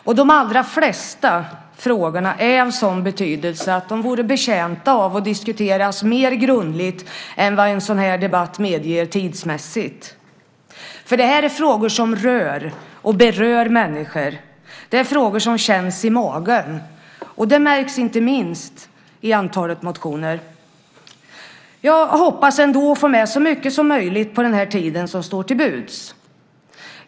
Och de allra flesta frågorna är av sådan betydelse att de vore betjänta av att diskuteras mer grundligt än vad en sådan här debatt medger tidsmässigt, för det här är frågor som rör och berör människor. Det är frågor som känns i magen. Det märks inte minst i antalet motioner. Jag hoppas ändå att få med så mycket som möjligt på den tid som står till buds.